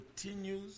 continues